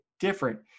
different